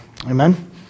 Amen